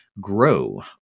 grow